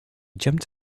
jumped